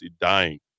dying